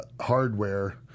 hardware